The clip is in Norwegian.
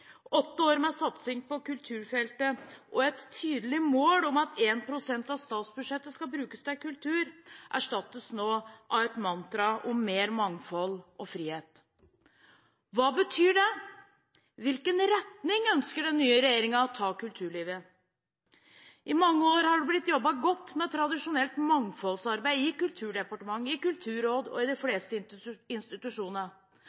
Åtte år med satsing på kulturfeltet og et tydelig mål om at 1 pst. av statsbudsjettet skulle brukes til kultur, erstattes nå av et mantra om mer mangfold og frihet. Hva betyr det? I hvilken retning ønsker den nye regjeringen å ta kulturlivet? I mange år har det blitt jobbet godt med tradisjonelt mangfoldsarbeid i Kulturdepartementet, i Kulturrådet og i de